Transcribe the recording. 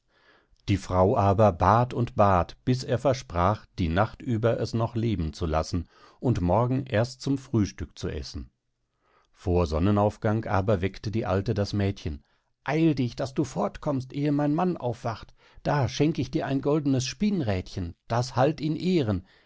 die frau aber bat und bat bis er versprach die nacht über es noch leben zu lassen und morgen erst zum frühstück zu essen vor sonnenaufgang aber weckte die alte das mädchen eil dich daß du fortkommst eh mein mann aufwacht da schenk ich dir ein goldenes spinnrädchen das halt in ehren